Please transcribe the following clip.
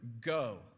Go